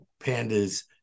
Panda's